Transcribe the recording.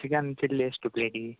chicken chilli ಎಷ್ಟು ಪ್ಲೇಟಿಗೆ